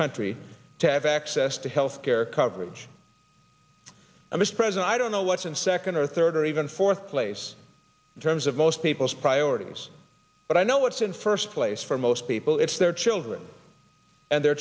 country to have access to health care coverage i must present i don't know what's in second or third or even fourth place in terms of most people's priorities but i know what's in first place for most people it's their children and their